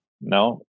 No